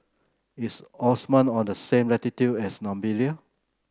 is Oman on the same latitude as Namibia